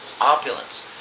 opulence